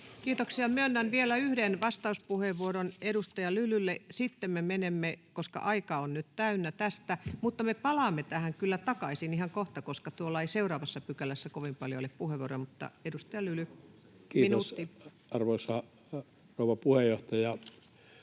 Kiitoksia. — Myönnän vielä yhden vastauspuheenvuoron edustaja Lylylle. Sitten me menemme tästä, koska aika on nyt täynnä, mutta me palaamme tähän kyllä takaisin ihan kohta, koska seuraavassa pykälässä ei kovin paljon ole puheenvuoroja. — Edustaja Lyly, minuutti. [Speech